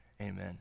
Amen